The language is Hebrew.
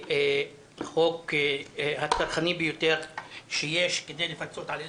חוק הצרכני ביותר שיש כדי לפצות על אזרחים.